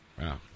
Wow